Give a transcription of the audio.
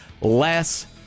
less